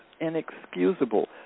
inexcusable